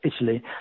Italy